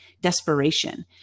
desperation